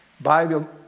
Bible